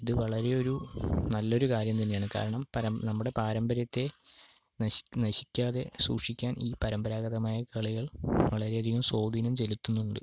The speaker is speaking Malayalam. ഇതു വളരെ ഒരു നല്ലൊരു കാര്യം തന്നെയാണ് കാരണം നമ്മുടെ പാരമ്പര്യത്തെ നശിക്കാതെ സൂക്ഷിക്കാൻ ഈ പരമ്പരാഗതമായ കളികൾ വളരെയധികം സ്വാധീനം ചെലത്തുന്നുണ്ട്